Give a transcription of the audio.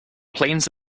planes